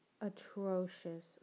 atrocious